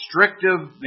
restrictive